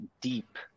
deep